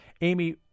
Amy